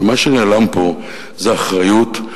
ומה שנעלם פה זה האחריות,